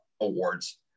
awards